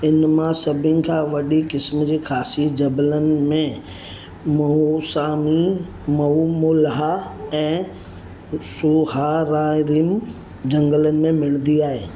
इन मां सभिनि खां वॾी क़िस्म जी खासी जबलनि में मउसामी मउमुल्हा ऐं सोहारारिम झंगलनि में मिलंदी आहे